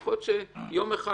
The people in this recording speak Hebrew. יכול להיות שיום אחד,